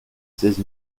seize